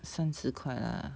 三十块 lah